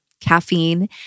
caffeine